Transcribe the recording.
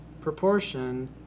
proportion